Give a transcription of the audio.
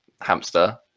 hamster